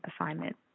assignment